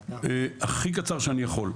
הכי קצר שאני יכול.